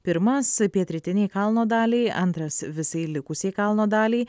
pirmas pietrytinei kalno daliai antras visai likusiai kalno daliai